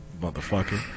motherfucker